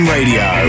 Radio